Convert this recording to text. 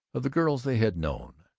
of the girls they had known.